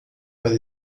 para